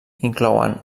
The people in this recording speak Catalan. inclouen